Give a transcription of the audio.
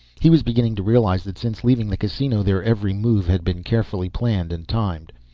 he was beginning to realize that since leaving the casino their every move had been carefully planned and timed.